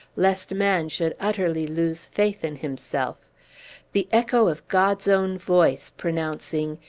lest man should utterly lose faith in himself the echo of god's own voice, pronouncing,